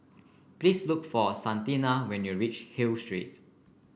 please look for Santina when you reach Hill Street